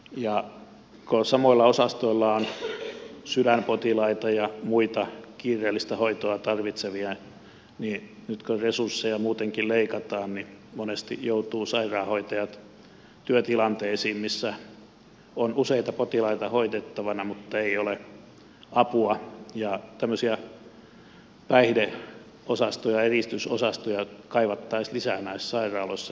kun samoilla osastoilla on sydänpotilaita ja muita kiireellistä hoitoa tarvitsevia niin nyt kun resursseja muutenkin leikataan niin monesti joutuvat sairaanhoitajat työtilanteisiin missä on useita potilaita hoidettavana mutta ei ole apua ja tämmöisiä päihdeosastoja eristysosastoja kaivattaisiin lisää näissä sairaaloissa